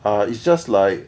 uh it's just like